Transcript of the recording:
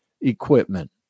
equipment